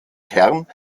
kern